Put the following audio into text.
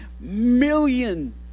million